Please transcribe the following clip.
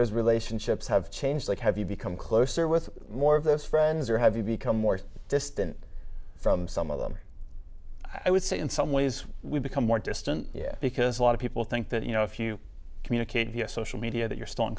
those relationships have changed like have you become closer with more of those friends or have you become more distant from some of them i would say in some ways we become more distant yeah because a lot of people think that you know if you communicate via social media that you're still in